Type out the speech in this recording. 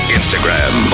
Instagram